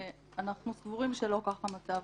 ואנחנו סבורים שלא כך המצב.